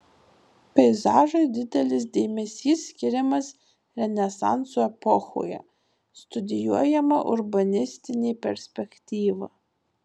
peizažui didelis dėmesys skiriamas renesanso epochoje studijuojama urbanistinė perspektyva